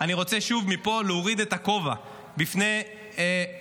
אני רוצה שוב מפה להוריד את הכובע בפני צה"ל,